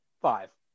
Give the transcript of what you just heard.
five